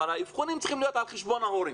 האבחון צריך להיות על חשבון ההורים.